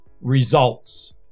results